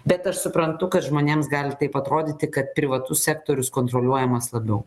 bet aš suprantu kad žmonėms gali taip atrodyti kad privatus sektorius kontroliuojamas labiau